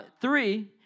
three